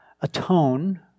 atone